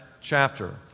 chapter